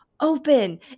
open